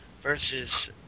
versus